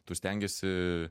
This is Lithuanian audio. tu stengiesi